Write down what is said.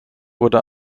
wurde